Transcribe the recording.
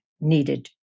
needed